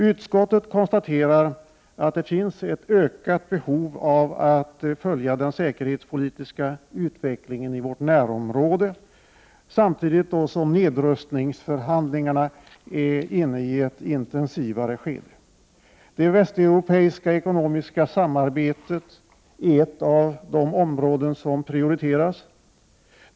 Utskottet konstaterar att det finns ett ökat behov av att följa den säkerhetspolitiska utvecklingen i vårt närområde samtidigt som nedrustningsförhandlingarna är inne i ett intensivare skede. Det västeuropeiska ekonomiska samarbetet är ett av de områden som prioriteras.